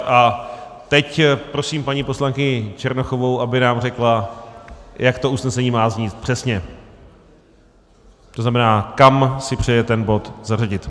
A teď prosím paní poslankyni Černochovou, aby nám řekla, jak to usnesení má znít přesně, to znamená, kam si přeje ten bod zařadit.